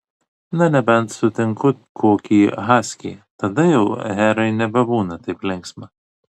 na nebent sutinku kokį haskį tada jau herai nebebūna taip linksma